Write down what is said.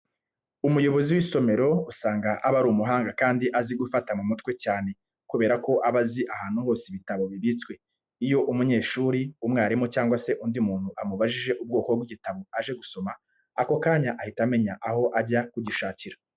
Umuyobozi w'isomero usanga aba ari umuhanga kandi azi gufata mu mutwe cyane kubera ko aba azi ahantu hose ibitabo bibitswe. Iyo umunyeshuri, umwarimu cyangwa se undi muntu amubajije ubwoko bw'igitabo aje gusoma, ako kanya ahita amenya aho ajya kugishakira.